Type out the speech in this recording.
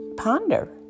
Ponder